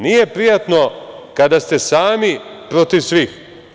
Nije prijatno kada ste sami protiv svih.